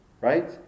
right